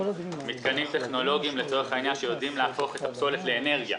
מתקנים טכנולוגיים שיודעים להפוך את הפסולת לאנרגיה.